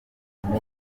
ariko